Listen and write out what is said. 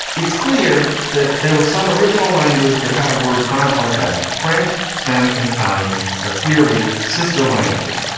it's clear that there were some original language that had a word kind of like that. french, spanish and italian are clearly sister languages.